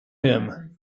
him